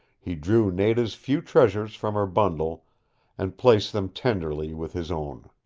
he drew nada's few treasures from her bundle and placed them tenderly with his own.